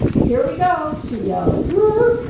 here we go! she yelled. whoo-oop!